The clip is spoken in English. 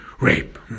rape